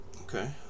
Okay